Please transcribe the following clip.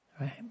Right